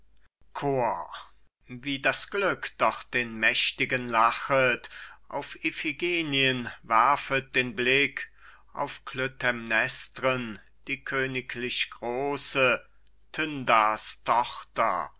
wie das glück doch den mächtigen lachet auf iphigenien werfet den blick auf klytämnestren die königlichgroße tyndars